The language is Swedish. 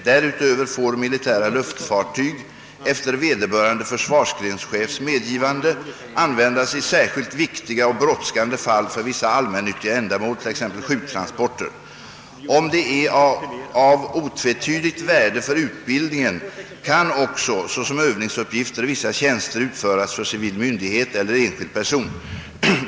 Därutöver får militära luftfartyg, efter vederbörande försvarsgrenschefs medgivande, användas i särskilt viktiga och brådskande fall för vissa allmännyttiga ändamål, t.ex. sjuktransporter. Om det är av otvetydigt värde för utbildningen kan också såsom övningsuppgifter vissa tjänster utföras för civil myndighet eller enskild person.